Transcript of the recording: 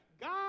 God